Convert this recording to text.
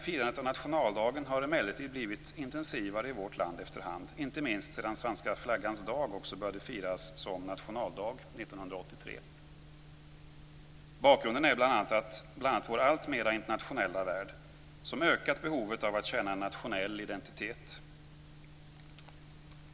Firandet av nationaldagen har emellertid blivit intensivare i vårt land efter hand, inte minst sedan svenska flaggans dag också började att firas som nationaldag 1983. Bakgrunden är bl.a. vår alltmer internationella värld som ökat behovet av att känna en nationell identitet.